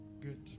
Good